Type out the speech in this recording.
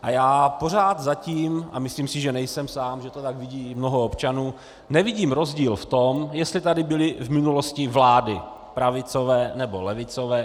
A já pořád zatím a myslím si, že nejsem sám, že to tak vidí i mnoho občanů nevidím rozdíl v tom, jestli tady byly v minulosti vlády pravicové, nebo levicové.